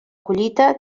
collita